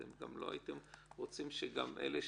אתם גם לא הייתם רוצים מעכשיו.